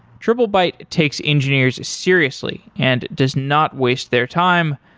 triplebyte takes engineers seriously and does not waste their time,